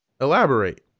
Elaborate